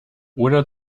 oder